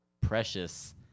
precious